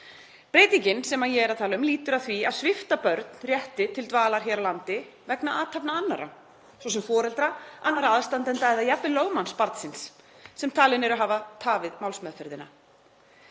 Breytingin sem ég er að tala um lýtur að því að svipta börn rétti til dvalar hér á landi vegna athafna annarra, svo sem foreldra, annarra aðstandenda eða jafnvel lögmanns barnsins, sem taldir eru hafa tafið málsmeðferðina.